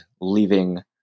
leaving